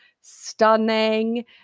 stunning